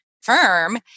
firm